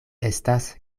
estas